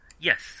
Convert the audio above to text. Yes